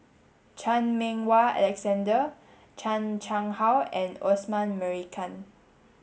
Chan Meng Wah Alexander Chan Chang How and Osman Merican